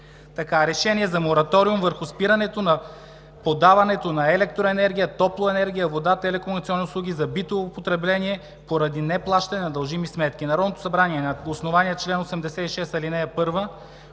РЕШЕНИЕ за мораториум върху спирането на подаването на електроенергия, топлоенергия, вода, толекомуникационни услуги за битово потребление поради неплащане на дължими сметки. Народното събрание на основание чл. 86, ал. 1